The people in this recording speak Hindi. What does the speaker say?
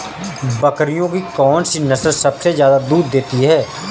बकरियों की कौन सी नस्ल सबसे ज्यादा दूध देती है?